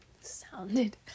sounded